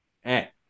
Hey